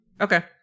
Okay